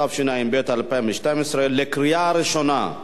התשע"ב 2012, לקריאה ראשונה.